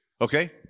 Okay